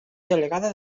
delegada